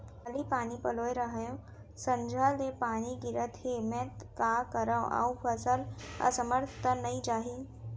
काली पानी पलोय रहेंव, संझा ले पानी गिरत हे, मैं का करंव अऊ फसल असमर्थ त नई जाही?